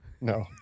No